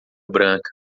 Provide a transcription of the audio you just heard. branca